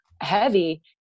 heavy